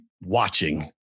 watching